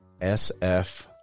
SF